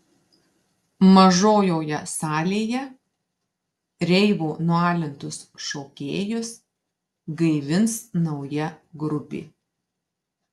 mažojoje salėje reivo nualintus šokėjus gaivins nauja grupė